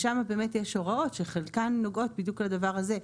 ושם יש באמת הוראות שחלקן נוגעות בדיוק לדבר הזה,